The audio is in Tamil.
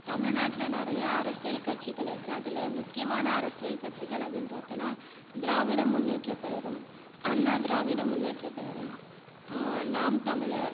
தமிழ்நாட்டில் நிறைய அரசியல் கட்சிகள் இருக்குது அதில் முக்கியமான அரசியல் கட்சிகள் அப்படினு பார்த்தோம்னா திராவிட முன்னேற்ற கழகம் அண்ணா திராவிட முன்னேற்ற கழகம் நாம் தமிழர்